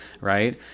right